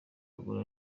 ivangura